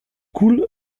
coule